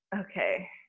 Okay